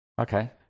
Okay